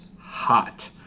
hot